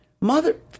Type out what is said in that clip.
mother